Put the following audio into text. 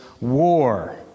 war